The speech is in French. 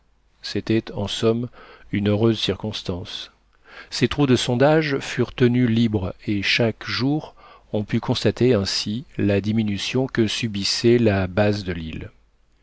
c'était en somme une heureuse circonstance ces trous de sondage furent tenus libres et chaque jour on put constater ainsi la diminution que subissait la base de l'île